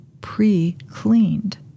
pre-cleaned